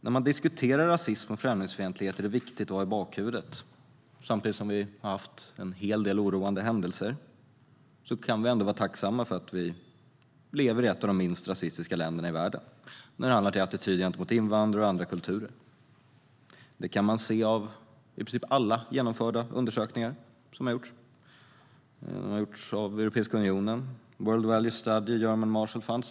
När man diskuterar rasism och främlingsfientlighet är det viktigt att ha i bakhuvudet att samtidigt som vi har haft en hel del oroande händelser kan vi ändå vara tacksamma över att vi lever i ett av de minst rasistiska länderna i världen när det kommer till attityder gentemot invandrare och andra kulturer. Det kan man se av i princip alla undersökningar som gjorts, bland annat av Europeiska unionen, World Value Study och German Marshall Fund.